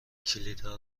کلیدها